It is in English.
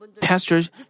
pastors